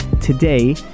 today